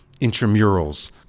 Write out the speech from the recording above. intramurals